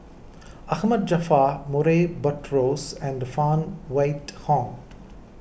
Ahmad Jaafar Murray Buttrose and Phan Wait Hong